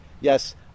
Yes